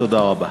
תודה רבה.